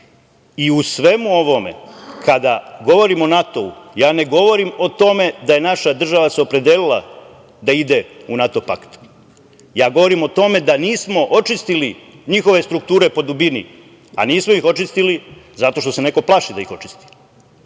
svemu ovome kada govorim o NATO ja ne govorim o tome da se naša država opredelila da ide u NATO pakt, ja govorim o tome da nismo očistili njihove strukture po dubini, a nismo ih očistili zato što se neko plaši da ih očisti. Kada